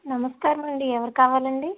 నమస్కారమండి ఎవరు కావాలండి